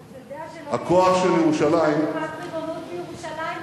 אתה יודע, ריבונות בירושלים.